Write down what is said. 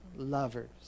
lovers